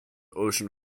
ocean